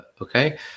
okay